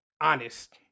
honest